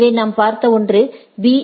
எனவே நாம் பார்த்த ஒன்று பி